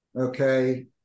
Okay